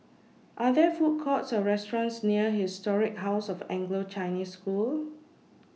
Are There Food Courts Or restaurants near Historic House of Anglo Chinese School